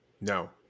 No